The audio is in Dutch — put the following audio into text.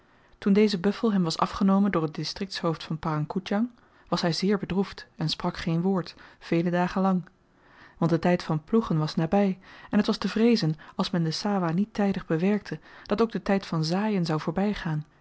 toen deze buffel hem was afgenomen door het distriktshoofd van parang koedjang was hy zeer bedroefd en sprak geen woord vele dagen lang want de tyd van ploegen was naby en t was te vreezen als men de sawah niet tydig bewerkte dat ook de tyd van zaaien zou voorbygaan